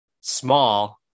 small